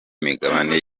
migabane